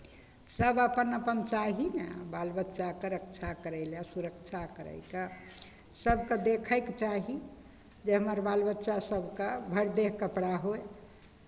सभ अपन अपन चाही ने बाल बच्चाके रक्षा करय लए सुरक्षा करयके सभके देखयके चाही जे हमर बाल बच्चा सभके भरि देह कपड़ा होय